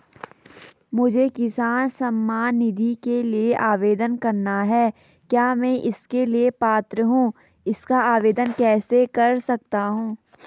मुझे किसान सम्मान निधि के लिए आवेदन करना है क्या मैं इसके लिए पात्र हूँ इसका आवेदन कैसे कर सकता हूँ?